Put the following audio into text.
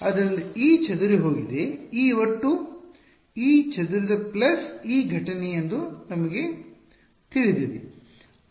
ಆದ್ದರಿಂದ E ಚದುರಿಹೋಗಿದೆ E ಒಟ್ಟು E ಚದುರಿದ ಪ್ಲಸ್ E ಘಟನೆ ಎಂದು ನಮಗೆ ತಿಳಿದಿದೆ